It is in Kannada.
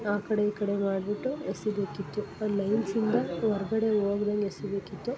ಆ ಕಡೆ ಈ ಕಡೆ ಮಾಡ್ಬಿಟ್ಟು ಎಸಿಬೇಕಿತ್ತು ಆ ಲೈನ್ಸ್ಯಿಂದ ಹೊರ್ಗಡೆ ಹೋಗ್ದಂಗೆ ಎಸಿಬೇಕಿತ್ತು